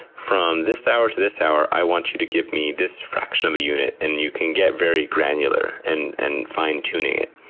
from the hour to this hour i want you to give me this fraction of a unit, and you can get very granular in and fine tuning it.